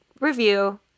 review